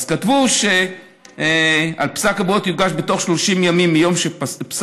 כתבו ש"ערעור על פסק הבוררות יוגש בתוך 30 ימים מיום שפסק